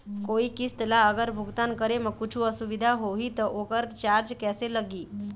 कोई किस्त ला अगर भुगतान करे म कुछू असुविधा होही त ओकर चार्ज कैसे लगी?